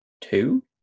two